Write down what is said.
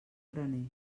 graner